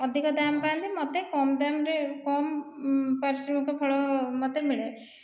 ଅଧିକ ଦାମ୍ ପାଆନ୍ତି ମୋତେ କମ୍ ଦାମ୍ରେ କମ୍ ପାରିଶ୍ରମିକ ଫଳ ମୋତେ ମିଳେ